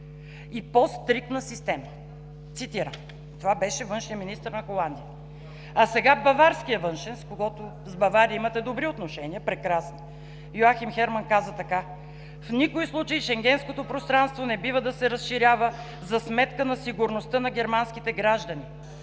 и по-стриктна система.“ Цитирам, това беше външният министър на Холандия. А сега баварският външен министър – с Бавария имате добри отношения, прекрасни. Йоахим Херман каза така: „В никой случай Шенгенското пространство не бива да се разширява за сметка на сигурността на германските граждани.“